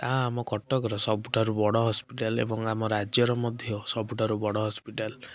ତାହା ଆମ କଟକର ସବୁଠାରୁ ବଡ଼ ହସ୍ପିଟାଲ ଏବଂ ଆମ ରାଜ୍ୟର ମଧ୍ୟ ସବୁଠାରୁ ବଡ଼ ହସ୍ପିଟାଲ